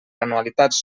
anualitats